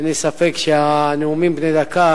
אין לי ספק שהנאומים בני דקה